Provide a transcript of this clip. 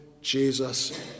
Jesus